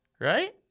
Right